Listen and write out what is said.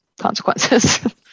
consequences